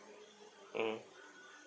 mm